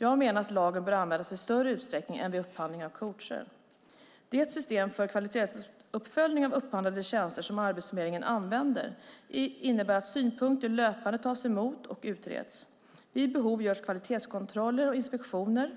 Jag menar att lagen bör användas i större utsträckning än vid upphandling av coacher. Det system för kvalitetsuppföljning av upphandlade tjänster som Arbetsförmedlingen använder innebär att synpunkter löpande tas emot och utreds. Vid behov görs kvalitetskontroller och inspektioner